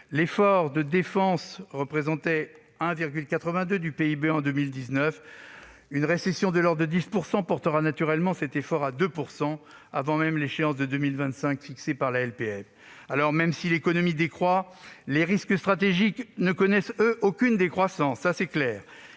L'effort de défense représentait 1,82 % du PIB en 2019. Une récession de l'ordre de 10 % portera naturellement cet effort à 2 %, avant même l'échéance de 2025 fixée par la LPM. Si l'économie décroît, les risques stratégiques ne connaissent, eux, aucune décroissance. C'est sur